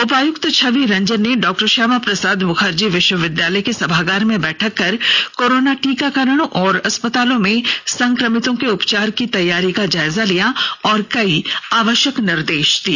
उपायुक्त छवि रंजन ने डॉ श्यामा प्रसाद मुखर्जी विश्वविद्यालय के सभागार में बैठक कर कोरोना टीकाकरण और अस्पतालों में संक्रमितों के उपचार की तैयारी का जायजा लिया और कई आवश्यक निर्देश दिए